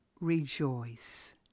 rejoice